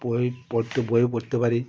বই পড়তে বইও পড়তে পারি